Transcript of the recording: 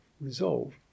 resolve